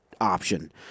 option